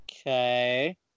okay